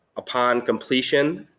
upon completion,